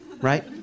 right